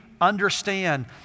understand